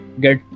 get